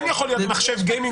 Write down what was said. יבקש ויגיד "אני,